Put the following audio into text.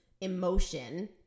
emotion